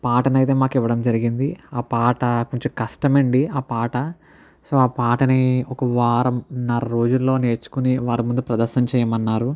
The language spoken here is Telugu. పాటను అయితే మాకు ఇవ్వడం జరిగింది ఆ పాట కొంచెం కష్టమండి ఆ పాట సో ఆ పాటని ఒక వారంన్నర రోజుల్లో నేర్చుకుని వాళ్ళ ముందు ప్రదర్శన చేయమన్నారు